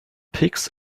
pigs